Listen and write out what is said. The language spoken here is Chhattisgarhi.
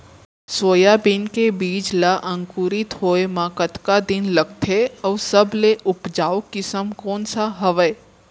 सोयाबीन के बीज ला अंकुरित होय म कतका दिन लगथे, अऊ सबले उपजाऊ किसम कोन सा हवये?